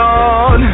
on